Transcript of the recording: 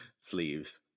sleeves